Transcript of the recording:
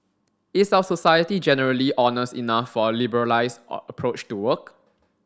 is our society generally honest enough for a liberalised approach to work